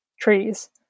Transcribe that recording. trees